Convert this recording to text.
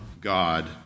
God